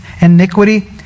iniquity